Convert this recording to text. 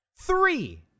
three